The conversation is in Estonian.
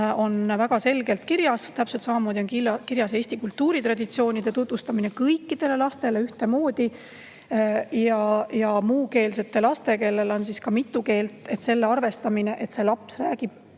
on väga selgelt kirjas. Täpselt samamoodi on kirjas eesti kultuuritraditsioonide tutvustamine kõikidele lastele ühtemoodi ja muukeelsete laste puhul, kellel on ka mitu keelt, selle arvestamine, et see laps räägib